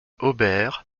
hobert